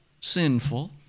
sinful